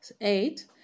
eight